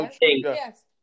yes